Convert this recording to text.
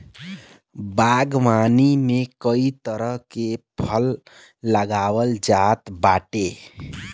बागवानी में कई तरह के फल लगावल जात बाटे